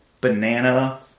banana